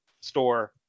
store